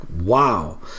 wow